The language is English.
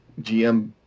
GM